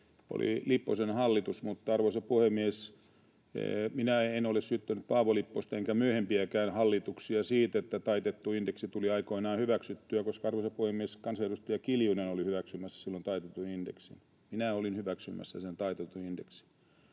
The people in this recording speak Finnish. oli Lipposen hallitus. Arvoisa puhemies, minä en ole syyttänyt Paavo Lipposta enkä myöhempiäkään hallituksia siitä, että taitettu indeksi tuli aikoinaan hyväksyttyä, koska, arvoisa puhemies, kansanedustaja Kiljunen oli hyväksymässä silloin taitetun indeksin — minä olin hyväksymässä sen taitetun indeksin.